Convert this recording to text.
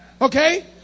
Okay